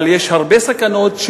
אבל יש הרבה סכנות,